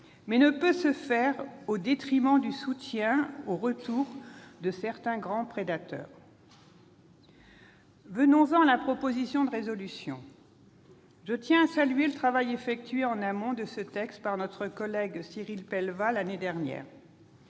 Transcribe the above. elle ne peut se faire au détriment du soutien au retour de certains grands prédateurs. Venons-en à la proposition de résolution : je tiens à saluer le travail effectué en amont de ce texte par notre collègue Cyril Pellevat l'année dernière.